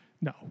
No